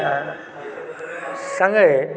सङ्गहि